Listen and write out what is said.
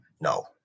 No